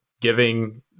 giving